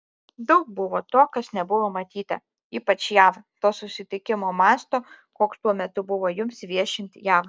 daug buvo to kas nebuvo matyta ypač jav to sutikimo masto koks tuo metu buvo jums viešint jav